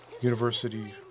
University